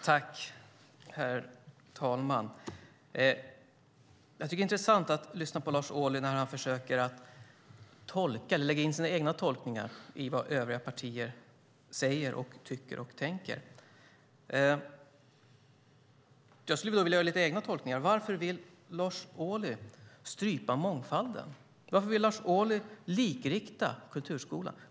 Herr talman! Det är intressant att lyssna på Lars Ohly när han försöker att lägga in sina egna tolkningar i vad övriga partier säger, tycker och tänker. Jag vill göra lite egna tolkningar. Varför vill Lars Ohly strypa mångfalden? Varför vill Lars Ohly likrikta kulturskolan?